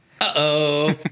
Uh-oh